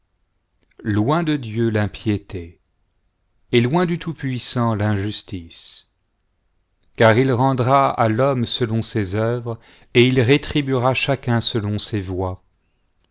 loin de dieu l'impiété et loin du tout-puissant l'injustice car il rendra à l'homme selon ses œuvres et il rétribuera chacun selon ses voies